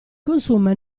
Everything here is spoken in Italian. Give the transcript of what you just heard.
consuma